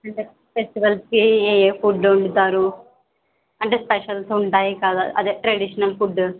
అంటే ఫెస్టివల్స్కి ఏ ఫుడ్ వండుతారు అంటే స్పెషల్స్ ఉంటాయి కదా అదే ట్రెడిషనల్ ఫుడ్